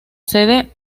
sede